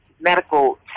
medical